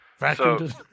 Vacuumed